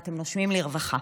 אתם נושמים לרווחה.